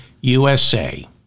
USA